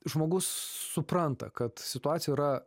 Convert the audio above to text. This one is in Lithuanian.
žmogus supranta kad situacija yra